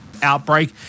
Outbreak